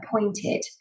Appointed